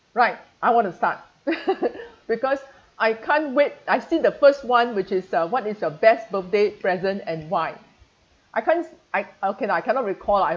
right I want to start because I can't wait I see the first one which is uh what is your best birthday present and why I can't I okay lah I cannot recall lah